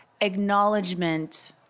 acknowledgement